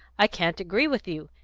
i can't agree with you.